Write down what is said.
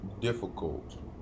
difficult